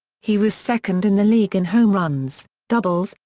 he was second in the league in home runs, doubles,